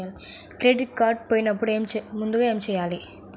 Credit card పోయినపుడు ముందుగా ఏమి చేయాలి?